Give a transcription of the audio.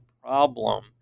problem